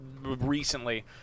recently